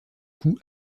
cou